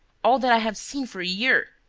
all that i have seen for a year.